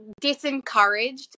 disencouraged